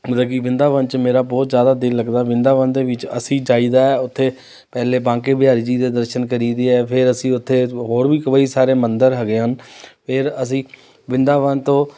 ਮਤਲਬ ਕਿ ਵ੍ਰਿੰਦਾਵਨ 'ਚ ਮੇਰਾ ਬਹੁਤ ਜ਼ਿਆਦਾ ਦਿਲ ਲੱਗਦਾ ਵ੍ਰਿੰਦਾਵਨ ਦੇ ਵਿੱਚ ਅਸੀਂ ਜਾਈਦਾ ਹੈ ਉੱਥੇ ਪਹਿਲੇ ਬਾਂਕੇ ਬਿਹਾਰੀ ਜੀ ਦੇ ਦਰਸ਼ਨ ਕਰੀਦੇ ਹੈ ਫਿਰ ਅਸੀਂ ਉੱਥੇ ਹੋਰ ਵੀ ਕਈ ਸਾਰੇ ਮੰਦਿਰ ਹੈਗੇ ਹਨ ਫਿਰ ਅਸੀਂ ਵ੍ਰਿੰਦਾਵਨ ਤੋਂ